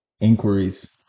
inquiries